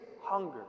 hunger